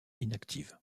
inactive